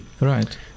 Right